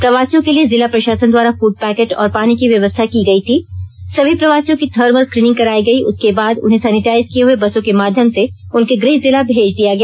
प्रवासियों के लिए जिला प्रशासन द्वारा फूड पैर्केट और पानी की व्यवस्था की गई थी सभी प्रवासियों की थर्मल स्क्रीनिंग करायी गई उसके बाद उन्हें सेनीटाइज किए हुए बसों के माध्यम से उनके गृह जिला भेज दिया गया